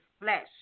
flesh